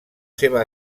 seva